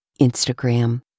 Instagram